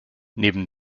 neben